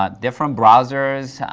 ah different browsers,